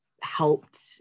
helped